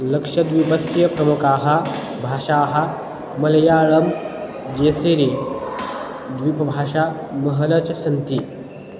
लक्षद्वीपस्य प्रमुखाः भाषाः मलयाळम् जेसेरी द्वीपभाषा महल् च सन्ति